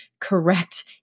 correct